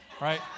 right